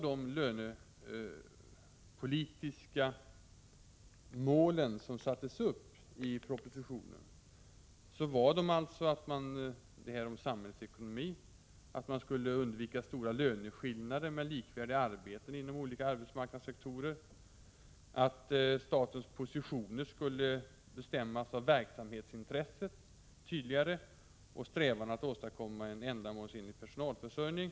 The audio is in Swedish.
De lönepolitiska mål som sattes upp i propositionen var att man skulle beakta samhällsekonomin, att man skulle undvika stora löneskillnader mellan likvärdiga arbeten inom olika arbetsmarknadssektorer, att statens positioner tydligare skulle bestämmas av verksamhetsintresset och av strävan att åstadkomma en ändamålsenlig personalförsörjning.